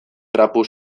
trapu